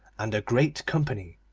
and a great company.